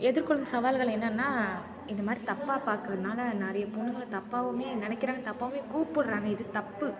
எதிர்கொள்ளும் சவால்கள் என்னென்னா இந்த மாதிரி தப்பாக பார்க்கறதுனால நிறைய பொண்ணுங்களை தப்பாகவுமே நினைக்கிறாங்க தப்பாகவே கூப்பிட்றாங்க இது தப்பு